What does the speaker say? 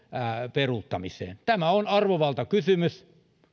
peruuttamiseen tämä on arvovaltakysymys